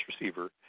receiver